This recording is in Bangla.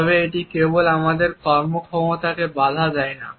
তবে এটি কেবল আমাদের কর্মক্ষমতাকে বাধা দেয় না